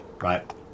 Right